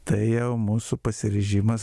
tai mūsų jau pasiryžimas